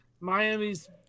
Miami's